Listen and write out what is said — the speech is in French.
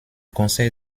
conseil